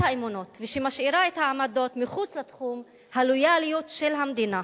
האמונות ושמשאירה את העמדות מחוץ לתחום הלויאליות של המדינה.